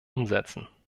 umsetzen